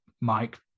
Mike